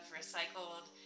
recycled